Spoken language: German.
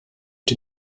die